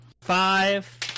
Five